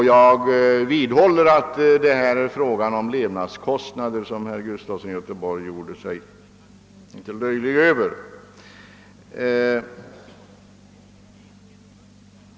Jag vidhåller att det här är fråga om levnadskostnader, vilket herr Gustafson i Göteborg gjorde sig litet lustig över.